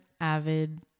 avid